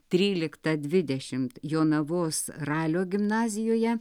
tryliktą dvidešimt jonavos ralio gimnazijoje